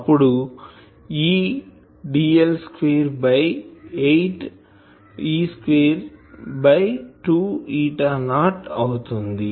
అప్పుడు E dl square by 8 E square by 2 eta naught అవుతుంది